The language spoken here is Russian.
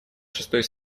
шестой